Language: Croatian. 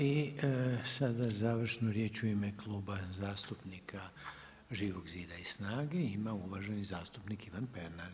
I sada završnu riječ u ime Kluba zastupnika Živog zida i SNAGA-e ima uvaženi zastupnik Ivan Pernar.